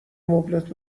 مبلت